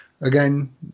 Again